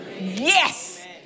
yes